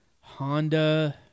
Honda